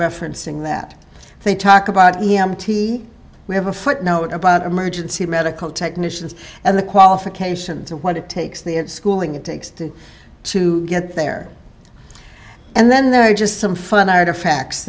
referencing that they talk about e m t we have a footnote about emergency medical technicians and the qualifications of what it takes the schooling it takes to to get there and then there are just some fun artifacts